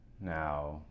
Now